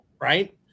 Right